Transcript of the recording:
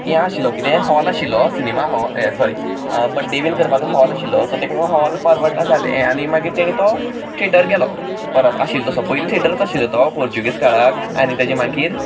हें आशिल्लो हॉल आशिल्लो सिनेमा हॉल सोरी बड्डे बीन करपाचो हॉल आशिल्लो सो तेका हॉल परवडना जालें आनी मागीर तेणें तो थिएटर केलो परत आशिल्लो तसो पयलीं थिएटरूच आशिल्लो तो पोर्च्युगीस काळाक आनी ताचे मागीर